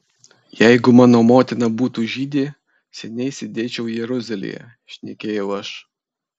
jeigu mano motina būtų žydė seniai sėdėčiau jeruzalėje šnekėjau aš